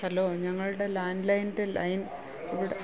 hello ഞങ്ങളുടെ ലാൻലൈൻൻ്റെ line ഇവിടെ